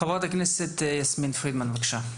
חברת הכנסת יסמין פרידמן, בבקשה.